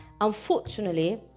Unfortunately